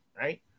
right